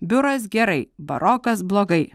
biuras gerai barokas blogai